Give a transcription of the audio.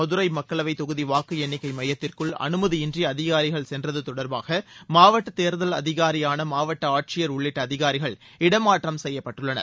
மதுரை மக்களவைத் தொகுதி வாக்கு எண்ணிக்கை மையத்திற்குள் அனுமதியின்றி அதிகாரிகள் சென்றது தொடர்பாக மாவட்ட தேர்தல் அதிகாரியான மாவட்ட ஆட்சியர் உள்ளிட்ட அதிகாரிகள் இடம் மாற்றம் செய்யப்பட்டுள்ளனர்